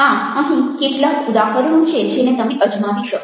આમ અહીં કેટલાક ઉદાહરણો છે જેને તમે અજમાવી શકો